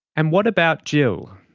and what about jill?